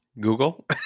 Google